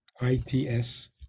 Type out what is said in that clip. I-T-S